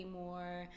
more